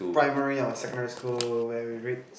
primary or secondary school when we read